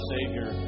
Savior